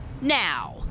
now